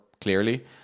clearly